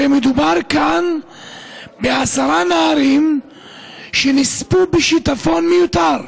הרי מדובר כאן בעשרה נערים שנספו בשיטפון מיותר.